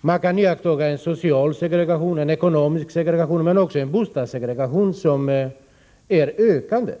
Man kan iaktta en social segregation och en ekonomisk segregation, men också en bostadssegregation som är ökande.